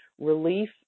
relief